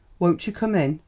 won't you come in?